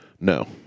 No